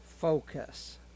focus